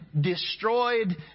destroyed